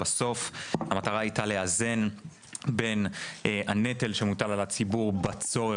בסוף המטרה הייתה לאזן בין הנטל שמוטל על הציבור בצורך